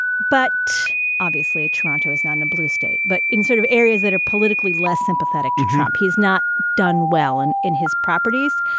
but obviously toronto is not in a blue state. but in sort of areas that are politically less sympathetic to drop, he's not done well and in his properties.